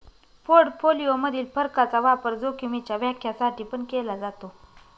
portfolio मधील फरकाचा वापर जोखीमीच्या व्याख्या साठी पण केला जातो